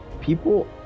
people